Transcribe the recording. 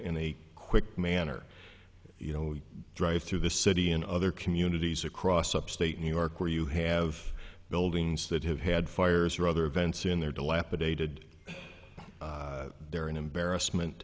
in a quick manner you know we drive through the city in other communities across upstate new york where you have buildings that have had fires or other events in their dilapidated they're an embarrassment